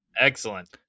excellent